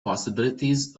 possibilities